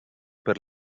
per